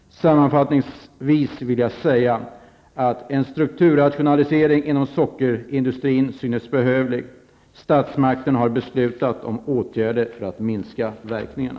Sammanfattningsvis vill jag säga att en strukturrationalisering inom sockerindustrin synes behövlig och att statsmakterna har beslutat om åtgärder för att minska verkningarna.